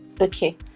Okay